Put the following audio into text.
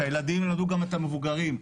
שהילדים ילמדו גם את המבוגרים.